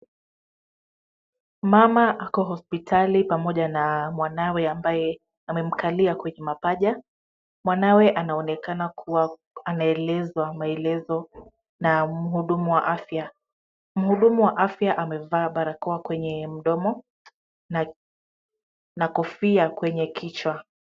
Mama ako hospitali pamoja na mwanawe ambaye amemkalia kwenye mapaja. Mwanawe anaonekana kuwa anaelezwa maelezo na mhudumu wa afya. Mhudumu wa afya amevaa barakoa kwenye mdomo na kofia kwenye kichwa.